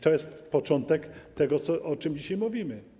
To jest początek tego, o czym dzisiaj mówimy.